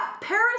Paris